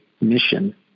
mission